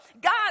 God